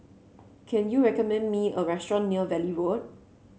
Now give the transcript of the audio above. can you recommend me a restaurant near Valley Road